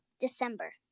December